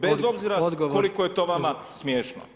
Bez obzira koliko je to vama smiješno.